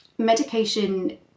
Medication